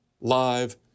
live